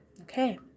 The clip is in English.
Okay